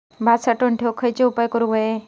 भात साठवून ठेवूक खयचे उपाय करूक व्हये?